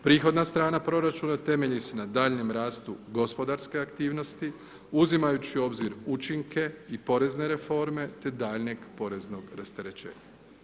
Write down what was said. Prihodna strana proračuna temelji se na daljnjem rastu gospodarske aktivnosti uzimajući u obzir učinke i porezne reforme te daljnjeg poreznog rasterećenja.